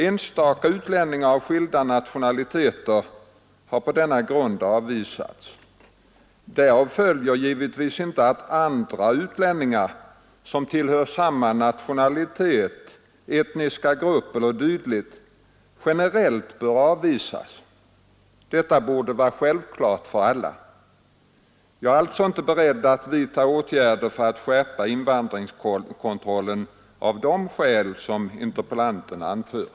Enstaka utlänningar av skilda nationaliteter har på denna grund avvisats. Därav följer givetvis inte att andra utlänningar som tillhör samma nationalitet, etnisk grupp e. d. generellt bör avvisas. Detta borde vara självklart för alla. Jag är alltså inte beredd att vidta åtgärder för att skärpa invandringskontrollen av de skäl som interpellanten anför.